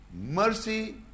mercy